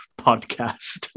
podcast